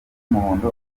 umuhondo